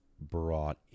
brought